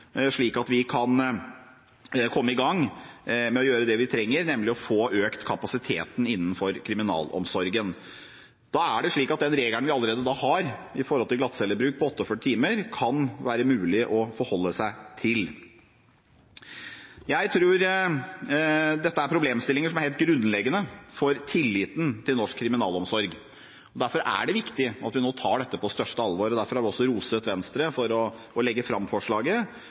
slik at vi kan komme i gang med å gjøre det vi trenger, nemlig å få økt kapasiteten innenfor kriminalomsorgen. Da kan det være mulig å forholde seg til den regelen vi allerede har, med tanke på glattcellebruk på 48 timer. Jeg tror dette er problemstillinger som er helt grunnleggende for tilliten til norsk kriminalomsorg. Derfor er det viktig at vi nå tar dette på største alvor og derfor har vi også rost Venstre for å legge fram forslaget.